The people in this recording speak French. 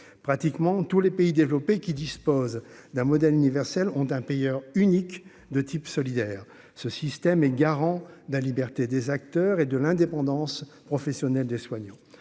pratiquement tous les pays développés, qui dispose d'un modèle universel ont un payeur unique de type solidaire, ce système est garant de la liberté des acteurs et de l'indépendance professionnelle des soignants,